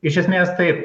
iš esmės taip